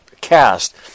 cast